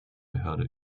behörde